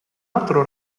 altro